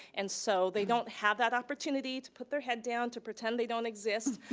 and so, they don't have that opportunity to put their head down, to pretend they don't exist,